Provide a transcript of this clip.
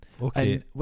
Okay